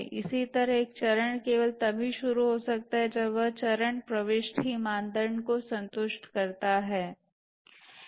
इसी तरह एक चरण केवल तभी शुरू हो सकता है जब वह चरण प्रविष्टि मानदंड को संतुष्ट करता है